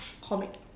comic